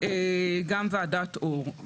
גם ועדת אור.